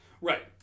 Right